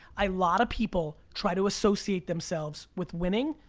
a lot of people try to associate themselves with winning,